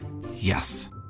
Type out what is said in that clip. Yes